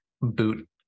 boot